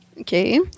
Okay